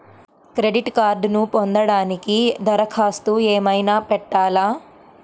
Credit కార్డ్ను పొందటానికి దరఖాస్తు ఏమయినా పెట్టాలా?